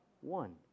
One